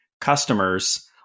customers